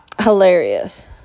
hilarious